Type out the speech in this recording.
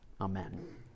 amen